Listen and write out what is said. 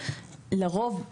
לרוב,